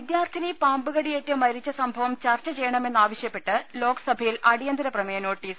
വിദ്യാർത്ഥിനി പാമ്പ് കടിയേറ്റ് മരിച്ച സംഭവം ചർച്ച ചെയ്യ ണമെന്നാവശ്യപ്പെട്ട് ലോക്സഭയിൽ അടിയന്തരപ്രമേയ നോട്ടീ സ്